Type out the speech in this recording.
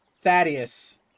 Thaddeus